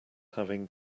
having